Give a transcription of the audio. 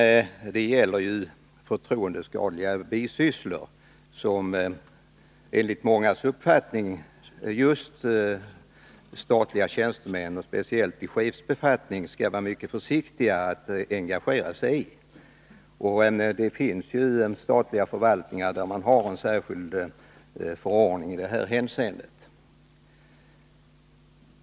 Det gäller ju förtroendeskadliga bisysslor, som enligt mångas uppfattning just statliga tjänstemän, speciellt sådana som har chefsbefattning, skall vara mycket försiktiga att engagera sig i. Det finns statliga förvaltningar där man har en särskild förordning i det här hänseendet.